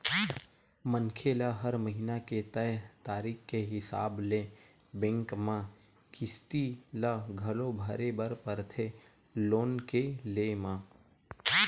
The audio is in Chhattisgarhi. मनखे ल हर महिना के तय तारीख के हिसाब ले बेंक म किस्ती ल घलो भरे बर परथे लोन के लेय म